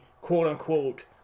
quote-unquote